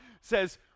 says